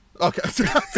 Okay